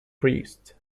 priest